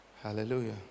Hallelujah